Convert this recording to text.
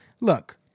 Look